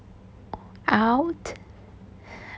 out